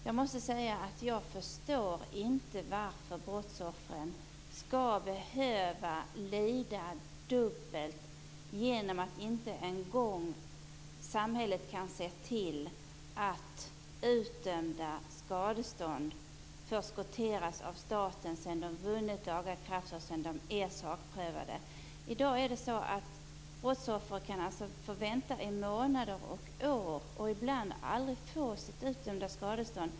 Jag måste säga att jag inte förstår varför brottsoffren skall behöva lida dubbelt genom att samhället inte en gång kan se till att utdömda skadestånd förskotteras av staten sedan de vunnit laga kraft och sedan de är sakprövade. I dag kan brottsoffer få vänta i månader och år och ibland aldrig få sitt utdömda skadestånd.